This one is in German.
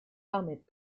damit